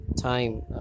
time